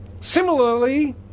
Similarly